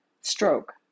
stroke